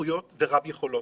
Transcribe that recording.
רב-זכויות ורב-יכולות,